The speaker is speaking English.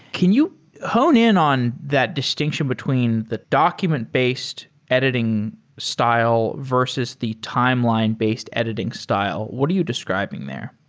can you hone in on that distinction between the document-based editing style, versus the timeline-based editing style? what are you describing there?